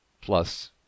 plus